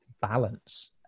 balance